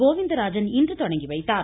கோவிந்தராஜன் இன்று தொடங்கிவைத்தார்